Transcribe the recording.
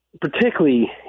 particularly